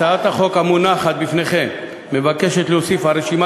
הצעת החוק המונחת בפניכם מבקשת להוסיף על רשימת